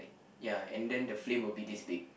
ya and then the flame would be this big